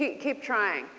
keep trying.